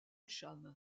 cham